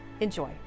Enjoy